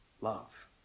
love